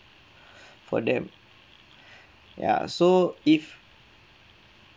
for them ya so if